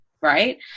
Right